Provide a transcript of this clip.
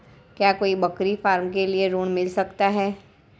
क्या कोई बकरी फार्म के लिए ऋण मिल सकता है?